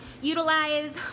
utilize